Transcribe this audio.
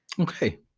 okay